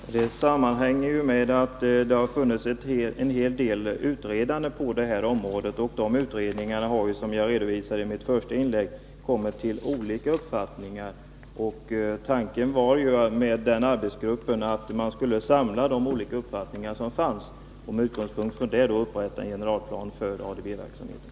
Herr talman! Detta sammanhänger med att det har förekommit en hel del utredande på det här området, och utredningarna har — som jag redovisade i mitt första anförande — kommit till olika uppfattningar. Tanken med arbetsgruppen var ju att man skulle samla de olika uppfattningar som fanns och med utgångspunkt från det upprätta en generalplan för ADB verksamheten.